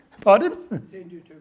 Pardon